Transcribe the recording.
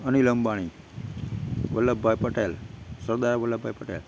Anil Ambani Vallabhbhai Patel Sardar Vallabhbhai Patel